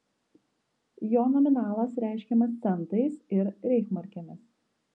jo nominalas reiškiamas centais ir reichsmarkėmis